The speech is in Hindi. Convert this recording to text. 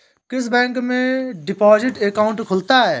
किस बैंक में डिपॉजिट अकाउंट खुलता है?